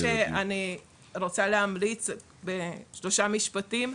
אני רוצה להמליץ בשלושה משפטים.